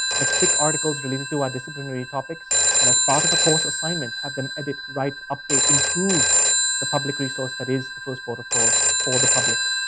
let's pick articles related to our disciplinary topics. and as part of a course assignment have them edit, write, update, improve the public resource that is first protocol for the public.